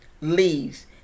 leaves